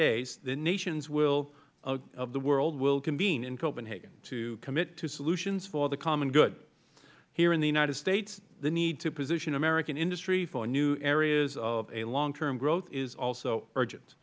days the nations of the world will convene in copenhagen to commit to solutions for the common good here in the united states the need to position american industry for new areas of long term growth is also urgent